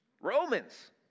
Romans